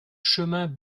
chemin